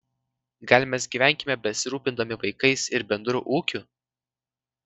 gal mes gyvenkime besirūpindami vaikais ir bendru ūkiu